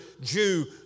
Jew